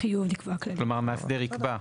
כלומר, המאסדר יקבע.